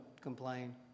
complain